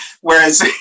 Whereas